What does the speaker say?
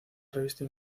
revista